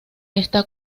está